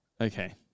Okay